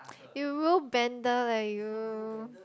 you rule bender leh you